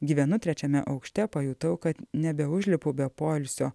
gyvenu trečiame aukšte pajutau kad nebeužlipu be poilsio